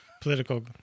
Political